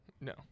No